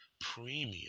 premium